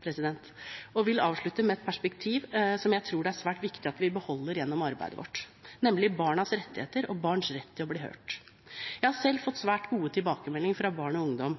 innlegget og vil avslutte med et perspektiv som jeg tror det er svært viktig at vi beholder gjennom arbeidet vårt, nemlig barns rettigheter og barns rett til å bli hørt. Jeg har selv fått svært gode tilbakemeldinger fra barn og ungdom,